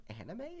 anime